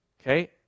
okay